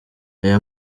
aya